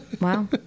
Wow